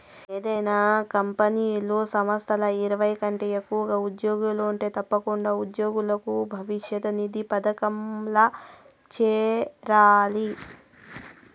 ఏదైనా కంపెనీలు, సంస్థల్ల ఇరవై కంటే ఎక్కువగా ఉజ్జోగులుంటే తప్పకుండా ఉజ్జోగుల భవిష్యతు నిధి పదకంల చేరాలి